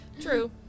True